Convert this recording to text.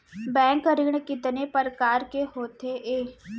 Bank ऋण कितने परकार के होथे ए?